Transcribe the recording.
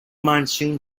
monsoon